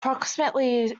approximately